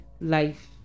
life